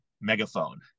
megaphone